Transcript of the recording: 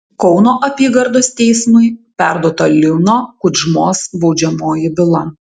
kauno apygardos teismui perduota lino kudžmos baudžiamoji byla